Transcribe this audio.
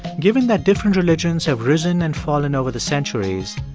given that different religions have risen and fallen over the centuries,